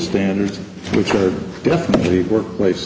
standards which were definitely workplace